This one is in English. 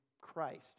Christ